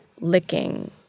licking